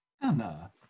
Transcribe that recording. Anna